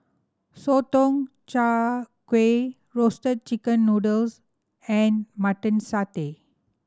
Sotong Char Kway roasted chicken noodles and Mutton Satay